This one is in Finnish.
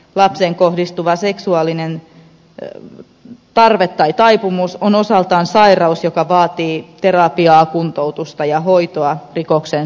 lapseen kohdistuva seksuaalinen tarve tai taipumus on osaltaan sairaus joka vaatii terapiaa kuntoutusta ja hoitoa rikokseen syyllistyneelle